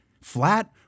flat